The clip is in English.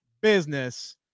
business